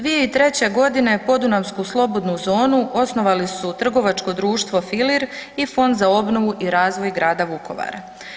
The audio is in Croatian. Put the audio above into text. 2003. g. Podunavsku slobodnu zonu osnovali su trgovačko društvo Filir i Fond za obnovu i razvoj grada Vukovara.